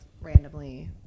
randomly